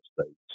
States